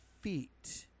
feet